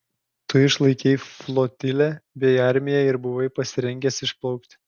tu išlaikei flotilę bei armiją ir buvai pasirengęs išplaukti